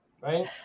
right